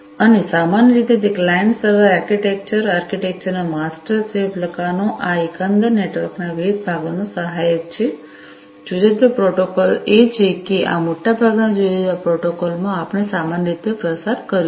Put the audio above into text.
અને સામાન્ય રીતે તે ક્લાયંટ સર્વર આર્કિટેક્ચર આર્કિટેક્ચરનો માસ્ટર સ્લેવ પ્રકારનો આ એકંદર નેટવર્કના વિવિધ ભાગોને સહાયક છે જુદા જુદા પ્રોટોકોલો એ છે કે આ મોટાભાગના જુદા જુદા પ્રોટોકોલોમાં આપણે સામાન્ય રીતે પસાર કર્યું છે